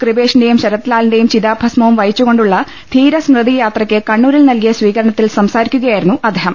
കൃപേഷിന്റെയും ശരത്ലാലിന്റെയും ചിതാഭ സ്മവും വഹിച്ച് കൊണ്ടുളള ധീരസ്മൃതി യാത്രക്ക് കണ്ണൂരിൽ നൽകിയ സ്വീകരണത്തിൽ സംസാരിക്കുകയായിരുന്നു അദ്ദേ ഹം